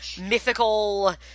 mythical